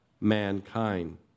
mankind